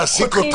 זה מעסיק אתכם.